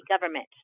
government